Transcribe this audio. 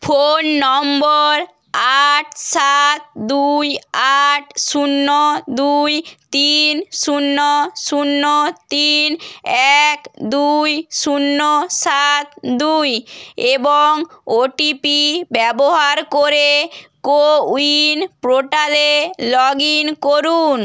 phone number আট সাত দুই আট শূন্য দুই তিন শূন্য শূন্য তিন এক দুই শূন্য সাত দুই এবং ও টি পি ব্যবহার করে কোউইন পোর্টালে লগ ইন করুন